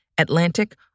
Atlantic